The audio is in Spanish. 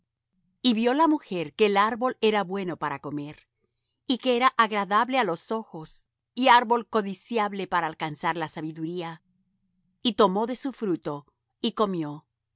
y vió la mujer que el árbol era bueno para comer y que era agradable á los ojos y árbol codiciable para alcanzar la sabiduría y tomó de su fruto y comió